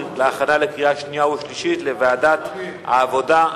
ולהכנה לקריאה שנייה ושלישית בוועדת העבודה,